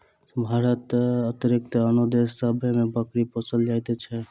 भारतक अतिरिक्त आनो देश सभ मे बकरी पोसल जाइत छै